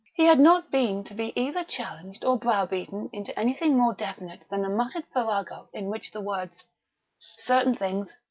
he had not been to be either challenged or browbeaten into anything more definite than a muttered farrago in which the words certain things.